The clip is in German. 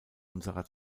unserer